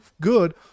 good